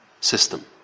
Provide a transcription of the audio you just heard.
system